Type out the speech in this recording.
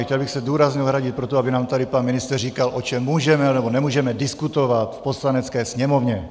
Chtěl bych se důrazně ohradit proti tomu, aby nám tady pan ministr říkal, o čem můžeme nebo nemůžeme diskutovat v Poslanecké sněmovně.